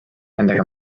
nendega